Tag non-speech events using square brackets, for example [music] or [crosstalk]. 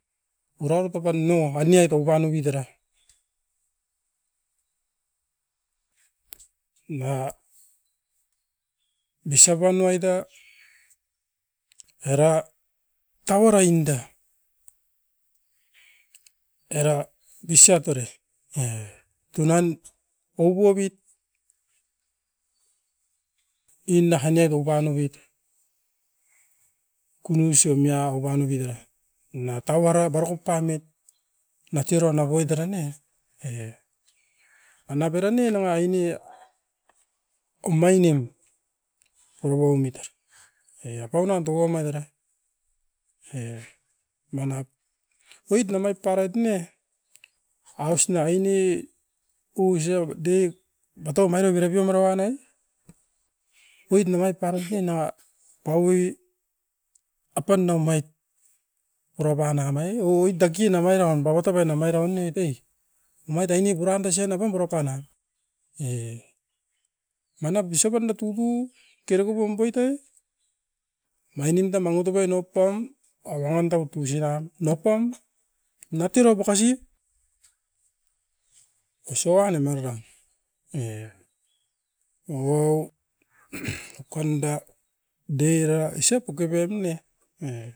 Urau tapan noa mani ai kaupa novit era. Naua bisapa nuaita era tauara inda era bisia tere e tunan okuobip inda anniegu panemit kunuiso mia opanobit era. Na tauara barokop kuamit matirau naboit era ne e, anavera nanga ini umainim koauaumit era. E apaun nuan tuau mait era, e manap oit nanoit parait ne aus na ini kusiodep batau omain o tera pium era wan nai, oit namait parapi nanga paui apaun namait purapa nanai oit takin na mairam baba tapai namai raunetae omait aine puranda sen apam moroka na. E manap bisopap na totou teruku pomboito, mainim tam mango topai noupam awandau tusiran niopam natura bukasi osoan nem arika. E ou, [noise] okanda dei era osa puke pep ne, e